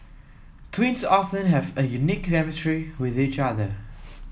twins often have a unique chemistry with each other